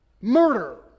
murder